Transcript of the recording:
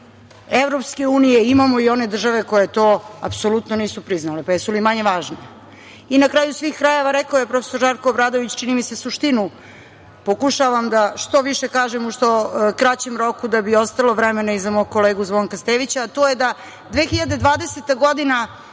članica EU, imamo i one države koje to apsolutno nisu priznale, pa jesu li manje važne? Na kraju svih krajeva rekao je prof. Žarko Obradović, čini mi se, suštinu. Pokušavam da što više kažem u što kraćem roku da bi ostalo vremena i za mog kolegu Zvonka Stevića, a to je da 2020. godina